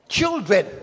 Children